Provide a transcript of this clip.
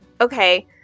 Okay